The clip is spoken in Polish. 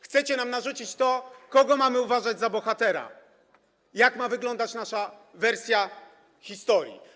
Chcecie nam narzucić to, kogo mamy uważać za bohatera, jak ma wyglądać nasza wersja historii.